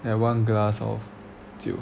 and one glass of 酒